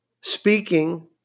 Speaking